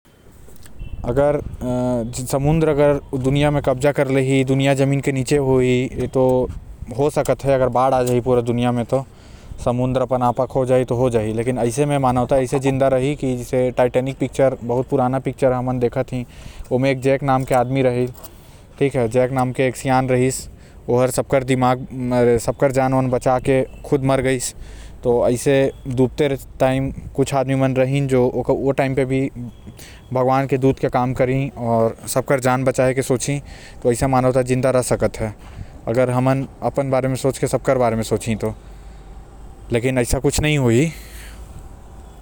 अगर समुद्र दुनिया म कब्जा कर लही मानकी अगर जमीन के ऊपर पानी आ जाए त ऐसा हो सकत हे। अगर समुद्र अपन आपा खो दे लेकिन ऐसन कभी होए न।